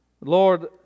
Lord